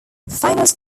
famous